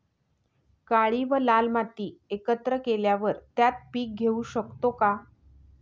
काळी व लाल माती एकत्र केल्यावर त्यात पीक घेऊ शकतो का?